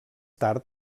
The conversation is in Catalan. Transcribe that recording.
tard